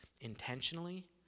intentionally